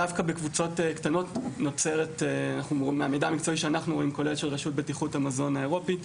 דווקא בקבוצות אנחנו רואים כולל רשות בטיחות המזון האירופאית